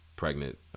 pregnant